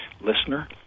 listener